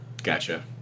Gotcha